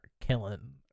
killing